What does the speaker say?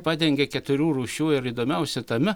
padengia keturių rūšių ir įdomiausia tame